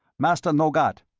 master no got,